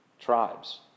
tribes